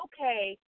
okay